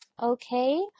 okay